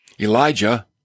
Elijah